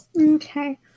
Okay